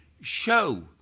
show